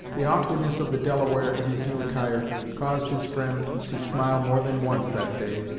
the awkwardness of the delaware in his new attire caused his friend to smile more than once that day,